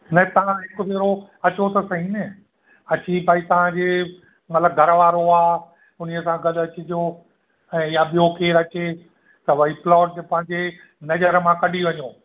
न ता हिकु भेरो अचो त सहीं न अची भाई तव्हांजे मतिलबु घर वारो आहे उन ई सां गॾु अचिजो ऐं ईअं ॿियो केरु अचे त भाई प्लॉट असांजे नज़र मां कढी वञो